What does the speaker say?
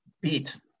beat